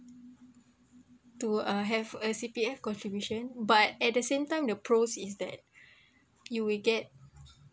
to uh have a C_P_F contribution but at the same time the pros is that you will get